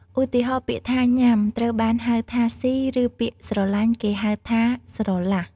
ឧទាហរណ៍ ពាក្យថា "ញ៉ាំ" ត្រូវបានហៅថា "ស៊ី" ឬពាក្យ "ស្រឡាញ់" គេនិយាយថា "ស្រលះ"។